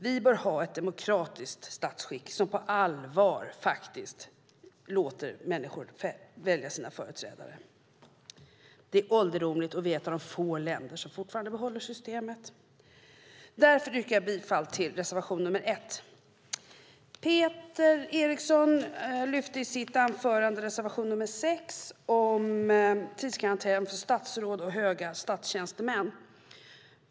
Vi bör ha ett demokratiskt statsskick som på allvar faktiskt låter människor välja sina företrädare. Det är ålderdomligt, och vi är ett av få länder som fortfarande behåller systemet. Därför yrkar jag bifall till reservation nr 1. Peter Eriksson lyfte i sitt anförande fram reservation nr 6 om tidskarantän för statsråd och höga statstjänstemän.